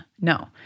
No